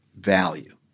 value